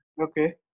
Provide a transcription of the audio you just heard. Okay